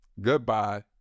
goodbye